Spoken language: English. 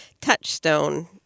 Touchstone